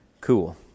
cool